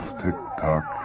tick-tock